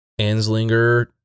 anslinger